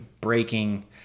breaking